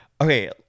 Okay